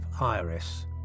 Iris